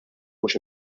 mhux